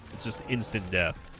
it's just instant death